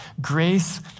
grace